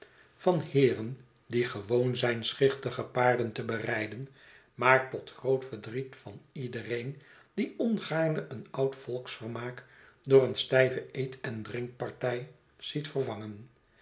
van heeren die gewoon zijn schichtige paarden te berijden maar tot groot verdriet van iedereen die ongaarne een oud volksvermaak door eene stijve eet en drinkpartij ziet vervangen